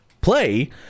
play